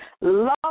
love